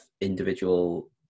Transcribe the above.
individual